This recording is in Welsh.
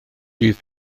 bydd